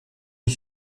aux